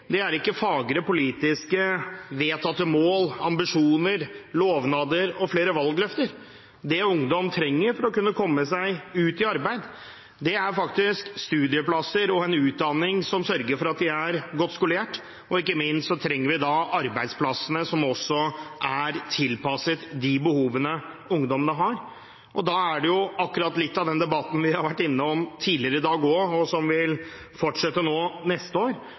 er ikke fagre, politisk vedtatte mål, ambisjoner, lovnader og flere valgløfter. Det ungdom trenger for å kunne komme seg ut i arbeid, er faktisk studieplasser og en utdanning som sørger for at de er godt skolert. Ikke minst trenger vi arbeidsplassene som også er tilpasset de behovene ungdommene har. Det er akkurat den debatten vi har vært innom tidligere i dag også, og som vil fortsette neste år,